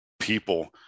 people